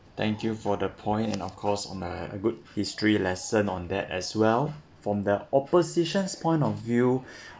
thank you for the point and of course on the good history lesson on that as well from the opposition's point of view